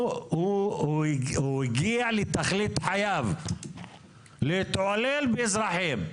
הגיע לתכלית חייו, להתעלל באזרחים.